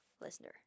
Listener